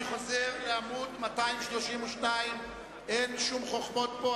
אני חוזר לעמוד 232. אין שום חוכמות פה,